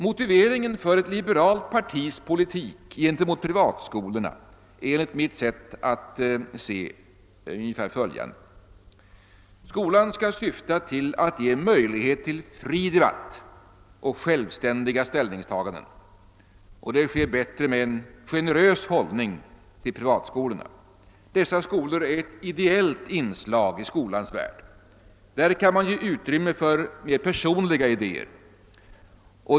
Motiveringen för ett liberalt partis politik mot privatskolorna bör enligt mitt sett att se vara följande. Skolan skall syfta till att ge möjlighet till fri debatt och självständiga ställningstaganden, vilket bäst sker med en generös hållning till privatskolorna. Dessa skolor är ett ideellt inslag i skolans värld. Där kan man ge utrymme för personliga idéer.